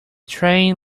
train